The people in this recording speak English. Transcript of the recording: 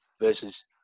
versus